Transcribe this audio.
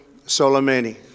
Soleimani